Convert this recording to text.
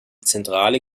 zentrale